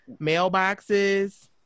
mailboxes